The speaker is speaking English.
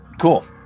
Cool